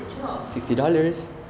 the job